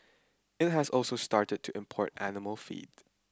it has also started to import animal feed